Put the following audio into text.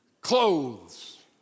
Clothes